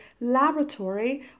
laboratory